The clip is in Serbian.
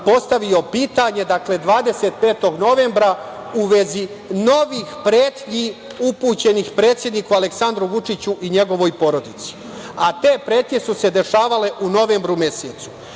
postavio pitanje u vezi novih pretnji upućenih predsedniku Aleksandru Vučiću i njegovoj porodici, a te pretnje su se dešavale u novembru mesecu.